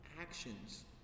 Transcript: actions